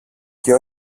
και